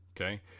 Okay